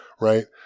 Right